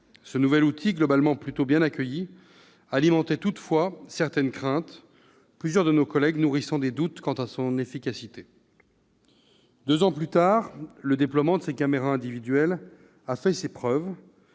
Ce nouvel outil, généralement plutôt bien accueilli, alimentait toutefois certaines craintes, plusieurs de nos collègues nourrissant des doutes quant à son efficacité. Deux ans plus tard, le déploiement de ces caméras individuelles a fait ses preuves